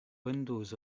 windows